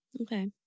Okay